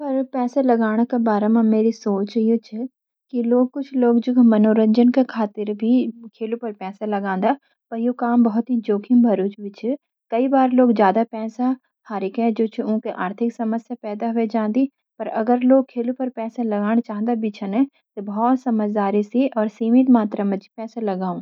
खेलों पर पैसा लगान पर मेरी सोच या छ । कुछ लोग मनोरंजन का खातिर भी खेलों पर पैसा लगान्दा पर यू काम जोखिम भरू भी छ। कई बार लोग ज्यादा पैसा हारी के आर्थिक समस्या पैदा व्हाई जांदी। जु खेलों पर पैसा लगान भी चांदा छन त बहुत समझदारी सी और सीमित मात्रा मंजी पैसा लगाऊंन।